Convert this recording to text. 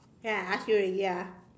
then I ask you already ah